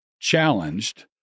challenged